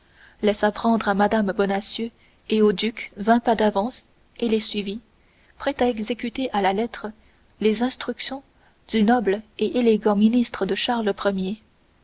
laissa prendre à mme bonacieux et au duc vingt pas d'avance et les suivit prêt à exécuter à la lettre les instructions du noble et élégant ministre de charles ier